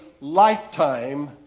lifetime